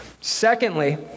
Secondly